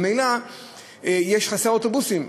ממילא חסרים אוטובוסים,